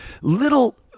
little